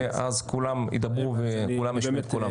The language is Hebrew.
ואז כולם ידברו וכולם ישמעו את כולם.